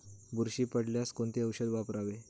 बुरशी पडल्यास कोणते औषध वापरावे?